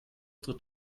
tritt